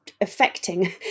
affecting